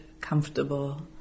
comfortable